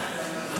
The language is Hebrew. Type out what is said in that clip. היום.